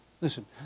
Listen